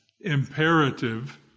imperative